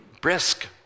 brisk